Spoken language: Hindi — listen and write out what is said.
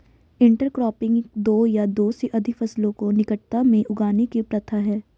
इंटरक्रॉपिंग दो या दो से अधिक फसलों को निकटता में उगाने की प्रथा है